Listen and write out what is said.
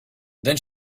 then